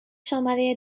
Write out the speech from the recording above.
شماره